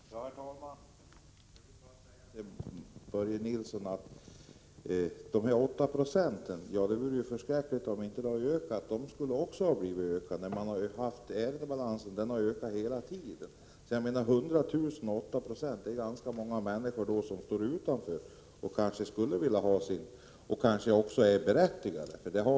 Herr talman! Jag vill bara säga till Börje Nilsson om de här 8 procenten att det vore förskräckligt om inte antalet hade ökat när ärendebalansen har ökat rejält. 8 Ze av 100 000 betyder att ganska många människor står utanför men skulle vilja ha sin ersättning och kanske också är berättigade till den.